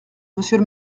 monsieur